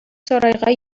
сарайга